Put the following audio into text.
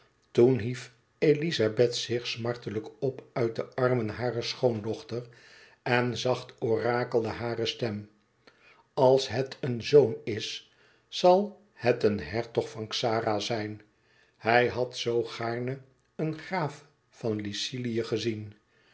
toen hief elizabeth zich smartelijk op uit de armen harer schoondochter en zacht orakelde hare stem als het een zoon is zal het een hertog van xara zijn hij had zoo gaarne een graaf van lycilië gezien